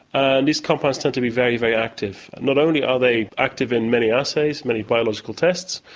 and these compounds tend to be very, very active. not only are they active in many assays, many biological tests,